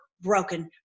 broken